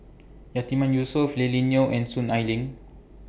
Yatiman Yusof Lily Neo and Soon Ai Ling